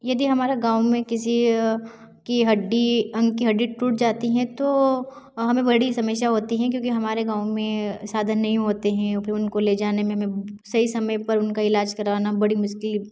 यदि हमारे गाँव में किसी की हड्डी अंग की हड्डी टूट जाती है तो हमें बड़ी समस्या होती है क्योंकि हमारे गाँव में साधन नहीं होते हैं फिर उनको ले जाने में भी सही समय पर उनका इलाज करवाना बड़ी मुश्किल